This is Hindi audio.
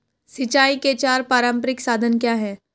सिंचाई के चार पारंपरिक साधन क्या हैं?